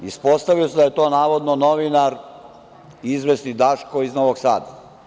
Ispostavilo se da je to, navodno, novinar, izvesni Daško iz Novog Sada.